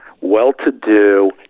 well-to-do